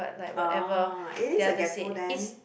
ah it is a gecko then